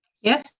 yes